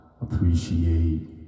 appreciate